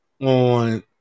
on